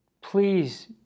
please